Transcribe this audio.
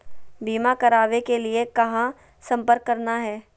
बीमा करावे के लिए कहा संपर्क करना है?